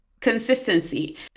consistency